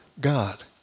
God